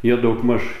jie daugmaž